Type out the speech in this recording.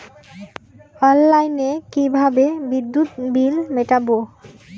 অনলাইনে কিভাবে বিদ্যুৎ বিল মেটাবো?